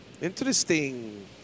Interesting